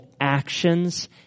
actions